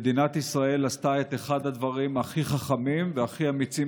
מדינת ישראל עשתה את אחד הדברים הכי חכמים והכי אמיצים